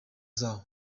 zawo